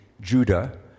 Judah